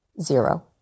Zero